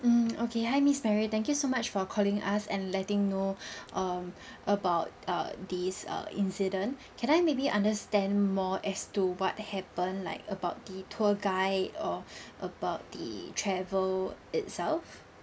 mm okay hi miss mary thank you so much for calling us and letting know um about err these err incident can I maybe understand more as to what happened like about the tour guide or about the travel itself